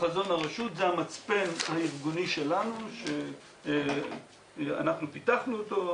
זה המצפן הארגוני שלנו שאנחנו פיתחנו אותו,